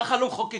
כך לא מחוקקים